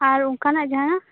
ᱟᱨ ᱚᱱᱠᱟᱱᱟᱜ ᱡᱟᱦᱟᱱᱟᱜ